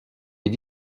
est